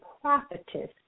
prophetess